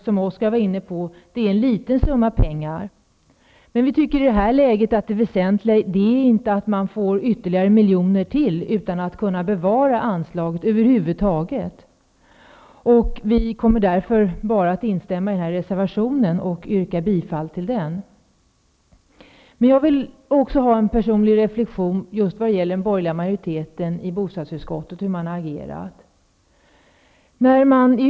Som Oskar Lindkvist var inne på är det en liten summa pengar, men vi tycker i detta läge inte att det väsentliga är att man får ytterligare miljoner, utan att anslaget över huvud taget kan bevaras. Vi nöjer oss därför med att instämma i reservationen och yrkar bifall till den. Men jag vill också göra en personlig reflexion när det gäller den borgerliga majoritetens agerande i bostadsutskottet.